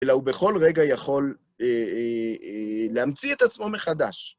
אלא הוא בכל רגע יכול להמציא את עצמו מחדש.